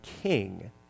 king